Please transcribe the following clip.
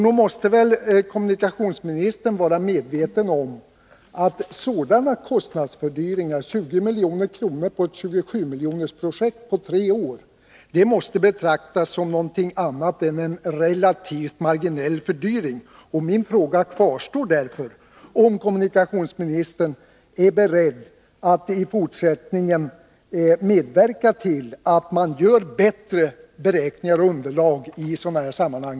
Nog är väl kommunikationsministern medveten om att sådana kostnadsfördyringar som 20 milj.kr. för ett projekt på 27 milj.kr. på tre år måste betraktas som något annat än en ”relativt marginell fördyring”. Min fråga kvarstår därför, om kommunikationsministern är beredd att i fortsättningen medverka till att man inom vägverket gör bättre beräkningar och har bättre underlag i sådana här sammanhang.